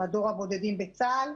מדור הבודדים בצה"ל,